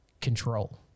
control